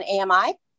AMI